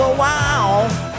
wow